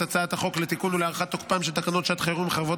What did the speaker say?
הצעת חוק לתיקון ולהארכת תוקפן של תקנות שעת חירום (חרבות